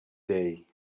day